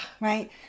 Right